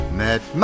met